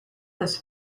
this